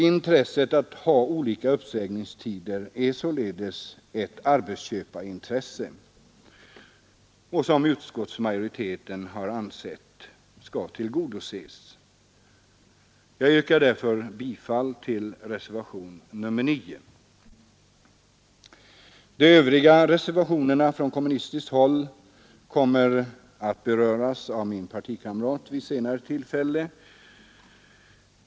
Intresset av att ha olika uppsägningstider är således ett arbetsköparintresse, som utskottsmajoriteten har ansett skall tillgodoses. Jag yrkar därför bifall till reservationen §; De övriga reservationerna från kommunistiskt håll kommer att beröras av min partikamrat vid ett senare tillfälle.